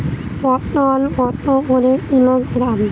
পটল কত করে কিলোগ্রাম?